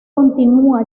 continúa